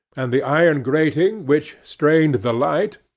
and the iron grating which strained the light,